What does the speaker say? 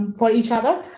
for each other.